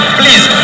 please